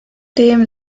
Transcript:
dem